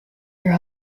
her